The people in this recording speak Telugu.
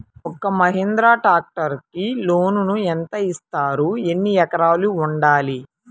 ఒక్క మహీంద్రా ట్రాక్టర్కి లోనును యెంత ఇస్తారు? ఎన్ని ఎకరాలు ఉండాలి?